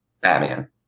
Batman